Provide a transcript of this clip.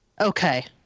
Okay